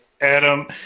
Adam